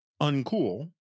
uncool